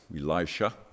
Elisha